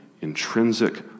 intrinsic